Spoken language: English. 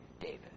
David